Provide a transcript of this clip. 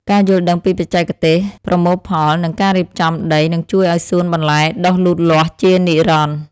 ការយល់ដឹងពីបច្ចេកទេសប្រមូលផល និងការរៀបចំដីនឹងជួយឱ្យសួនបន្លែដុះលូតលាស់ជានិរន្តរ៍។